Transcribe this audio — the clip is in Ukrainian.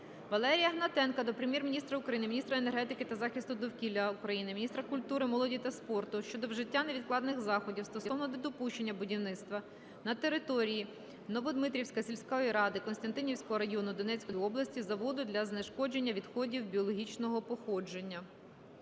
Валерія Гнатенка до Прем'єр-міністра України, міністра енергетики та захисту довкілля України, міністра культури, молоді та спорту щодо вжиття невідкладних заходів стосовно недопущення будівництва на території Новодмитрівської сільської ради Костянтинівського району Донецької області заводу для знешкодження відходів біологічного походження.